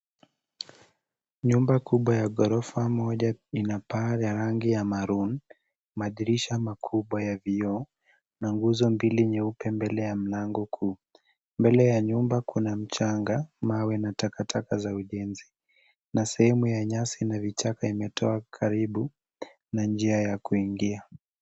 Nyumba kubwa ya ghorofa moja ina paa ya rangi ya maroon , madirisha makubwa ya vioo na nguzo mbili nyeupe. Mbele ya mlango kuu mbele ya nyumba kuna mchanga, mawe na takataka za ujenzi na sehemu ya nyasi na vichaka imetoa karibu na njia ya kuingia.